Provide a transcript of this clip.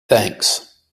thanks